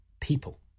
people